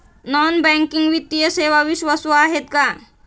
Non banking वित्तीय सेवा विश्वासू आहेत का?